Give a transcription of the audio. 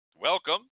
Welcome